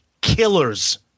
Killers